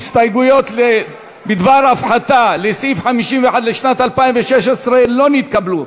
ההסתייגויות בדבר הפחתה לסעיף 51 לשנת 2016 לא נתקבלו.